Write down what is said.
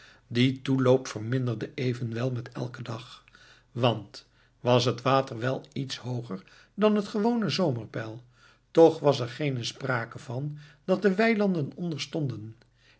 die toeloop verminderde evenwel met elken dag want was het water wel iets hooger dan het gewone zomerpeil toch was er geene sprake van dat de weilanden onder stonden